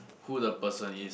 who the person is